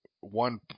one